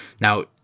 Now